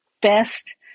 best